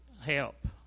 help